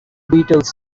beatles